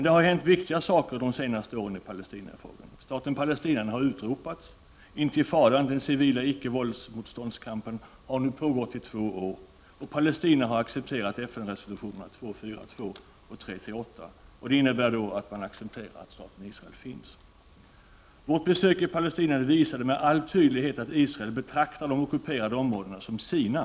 Det har hänt viktiga saker de senaste åren i Palestinafrågan: e Intifadan, den civila icke-vålds-motståndskampen, har nu pågått i två år. e Palestina har accepterat FN-resolutionerna 242 och 338, vilket innebär att man accepterar att staten Israel finns. Vårt besök i Palestina visade med all tydlighet att Israel betraktar de ockuperade områdena som sina.